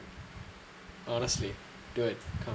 well honestly do it